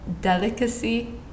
delicacy